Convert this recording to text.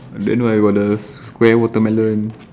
then what about the square watermelon